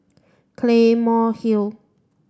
Claymore Hill